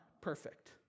perfect